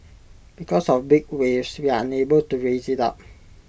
because of big waves we are unable to raise IT up